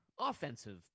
offensive